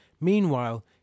meanwhile